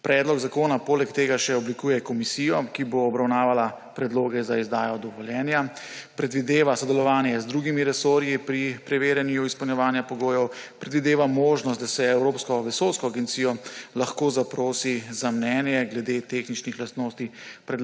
Predlog zakona poleg tega še oblikuje komisijo, ki bo obravnavala predloge za izdajo dovoljenja. Predvideva sodelovanje z drugimi resorji pri preverjanju izpolnjevanja pogojev, predvideva možnost, da se Evropsko vesoljsko agencijo lahko zaprosi za mnenje glede tehničnih lastnosti